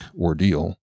ordeal